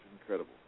incredible